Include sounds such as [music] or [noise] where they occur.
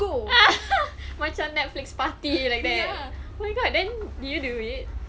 [laughs] macam netflix party like that oh my god then did you do it